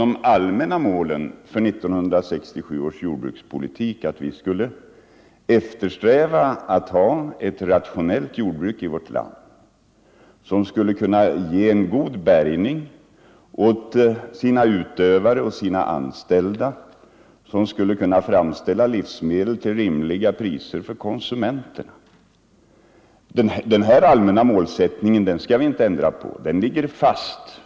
De allmänna målen för 1967 års jordbrukspolitik var att vi skulle eftersträva ett rationellt jordbruk som gav god bärgning åt sina utövare och anställda och som innebar att livsmedel skulle kunna framställas till rimliga priser för konsumenterna. Denna allmänna målsättning skall vi inte ändra på; den ligger fast.